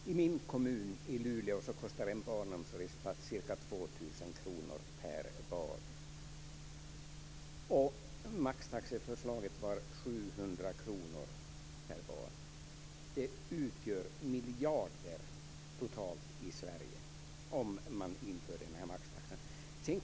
Fru talman! I min hemkommun Luleå kostar en barnomsorgsplats ca 2 000 kr per barn. Maxtaxeförslaget var 700 kr per barn. Det utgör miljarder totalt i Sverige om man inför maxtaxan.